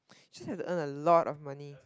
she has earn a lot of money